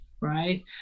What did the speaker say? Right